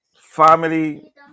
family